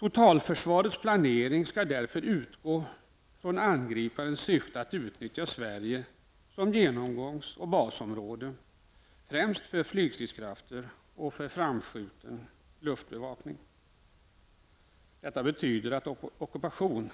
Totalförsvarets planering skall därför utgå ifrån angriparens syfte att utnyttja Sverige som genomgångs och basområde främst för flygstridskrafter och för framskjuten luftbevakning. Detta betyder att ockupation